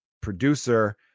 producer